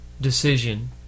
decision